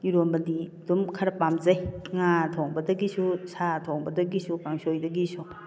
ꯏꯔꯣꯝꯕꯗꯤ ꯑꯗꯨꯝ ꯈꯔ ꯄꯥꯝꯖꯩ ꯉꯥ ꯊꯣꯡꯕꯗꯒꯤꯁꯨ ꯁꯥ ꯊꯣꯡꯕꯗꯒꯤꯁꯨ ꯀꯥꯡꯁꯣꯏꯗꯒꯤꯁꯨ